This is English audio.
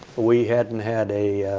we hadn't had a